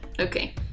Okay